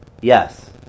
Yes